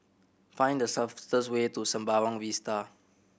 find the way to Sembawang Vista